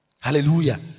Hallelujah